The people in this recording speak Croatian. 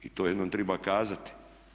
I to jednom treba kazati.